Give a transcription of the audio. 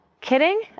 Kidding